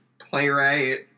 playwright